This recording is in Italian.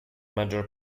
maggior